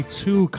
two